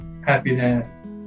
Happiness